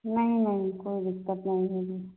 नहीं नहीं कोई दिक़्क़त नहीं होगी